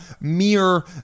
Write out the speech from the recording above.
mere